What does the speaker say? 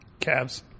Cavs